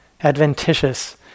Adventitious